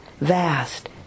vast